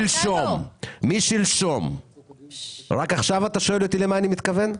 משלשום, רק עכשיו אתה שואל אותי למה אתה מתכוון?